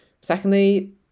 Secondly